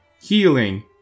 healing